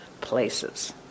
places